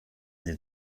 sie